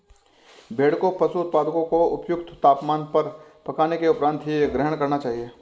भेड़ को पशु उत्पादों को उपयुक्त तापमान पर पकाने के उपरांत ही ग्रहण करना चाहिए